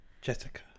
Jessica